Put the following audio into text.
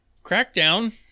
Crackdown